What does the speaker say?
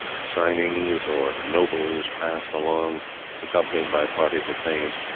cynings, or nobles, passed along accompanied by parties of thanes,